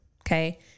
Okay